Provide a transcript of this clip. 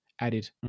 added